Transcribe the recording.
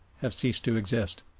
have ceased to exist.